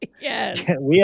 Yes